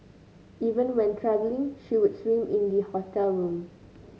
even when travelling she would swim in the hotel room